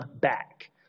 back